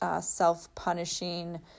self-punishing